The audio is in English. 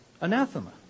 anathema